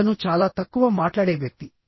అతను చాలా తక్కువ మాట్లాడే వ్యక్తి